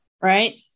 right